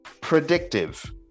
predictive